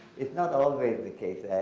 it's not always the case.